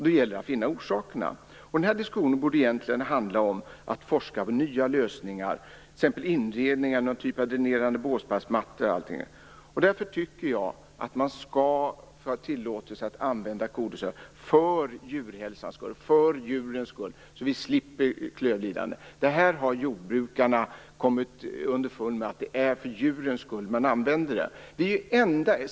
Då gäller det att finna orsakerna. Den här diskussionen borde egentligen handla om att forska fram nya lösningar, t.ex. inredningar, någon typ av dränerande båsbastmattor etc. Därför tycker jag att man skall tillåtas att använda kodressörer - för djurhälsans skull, för djurens skull, för att vi skall slippa klövlidande. Det här har jordbrukarna kommit underfund med. Det är för djurens skull man använder det.